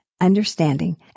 understanding